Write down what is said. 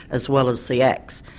as well as the acts.